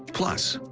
plus,